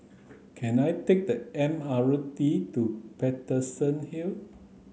can I take the M R road T to Paterson Hill